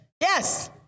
Yes